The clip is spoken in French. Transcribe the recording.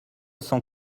cent